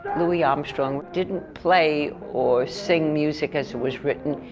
louie armstrong didn't play or sing music as it was written.